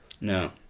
No